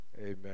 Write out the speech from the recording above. Amen